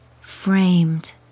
framed